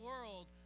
world